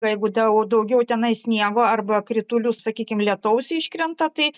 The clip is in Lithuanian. jeigu dau daugiau tenai sniego arba kritulių sakykim lietaus iškrenta tai